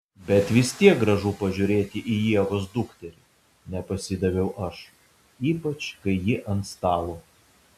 bet vis tiek gražu pažiūrėti į ievos dukterį nepasidaviau aš ypač kai ji ant stalo